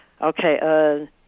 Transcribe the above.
okay